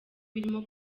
birimo